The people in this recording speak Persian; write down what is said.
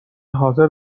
حاضر